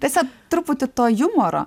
tiesiog truputį to jumoro